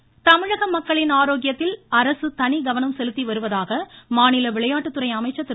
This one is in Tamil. பாலகிருஷ்ண ரெட்டி தமிழக மக்களின் ஆரோக்கியத்தில் அரசு தனிகவனம் செலுத்தி வருவதாக மாநில விளையாட்டுத்துறை அமைச்சர் திரு